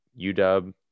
UW